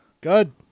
good